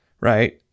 right